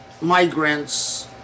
migrants